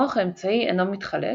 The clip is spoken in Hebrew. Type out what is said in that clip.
המוח האמצעי אינו מתחלק,